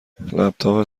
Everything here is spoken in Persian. لپتاپتان